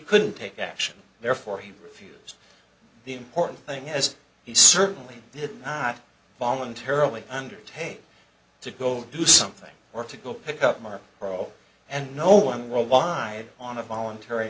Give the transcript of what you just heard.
could take action therefore he refused the important thing as he certainly did not voluntarily undertake to go do something or to go pick up more row and no one worldwide on a voluntary